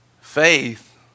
Faith